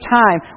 time